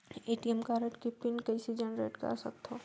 ATM card के PIN कइसे generate कर सकथव?